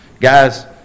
Guys